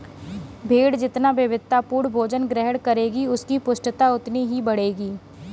भेंड़ जितना विविधतापूर्ण भोजन ग्रहण करेगी, उसकी पुष्टता उतनी ही बढ़ेगी